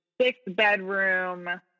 six-bedroom